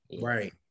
right